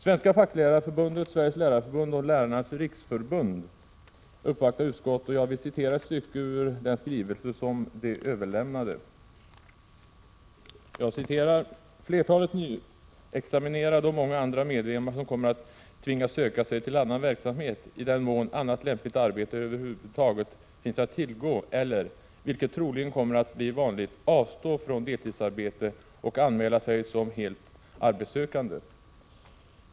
Svenska facklärarförbudet, Sveriges lärarförbund och Lärarnas riksförbund har uppvaktat utskottet, och jag vill citera ett stycke ur den skrivelse som de överlämnade. ”Flertalet nyexaminerade och många andra medlemmar kommer att tvingas söka sig till annan verksamhet, i den mån annat lämpligt arbete över huvud taget finns att tillgå eller, vilket troligen kommer att bli vanligt, avstå från deltidsarbete och anmäla sig som helt arbetssökande.